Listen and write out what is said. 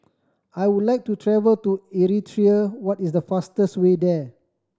I would like to travel to Eritrea what is the fastest way there